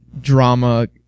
drama